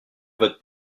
votre